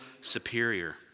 superior